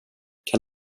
kan